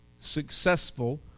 successful